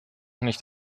nicht